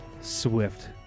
swift